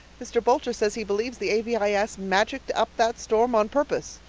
mr. boulter says he believes the a v i s. magicked up that storm on purpose.